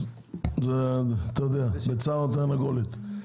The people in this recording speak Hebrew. זה ביצה ותרנגולת.